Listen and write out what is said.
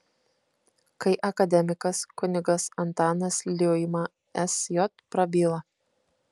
kai akademikas kunigas antanas liuima sj prabyla